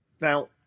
Now